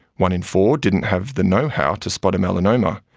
one in four didn't have the know how to spot a melanoma,